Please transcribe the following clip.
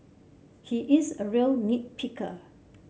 he is a real nit picker